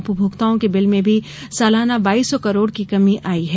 उपभोक्ताओं के बिल में भी सालाना बाईस सौ करोड़ की कमी आई है